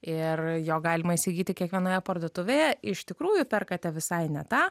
ir jo galima įsigyti kiekvienoje parduotuvėje iš tikrųjų perkate visai ne tą